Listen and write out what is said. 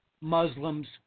Muslims